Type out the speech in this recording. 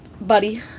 Buddy